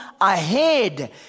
ahead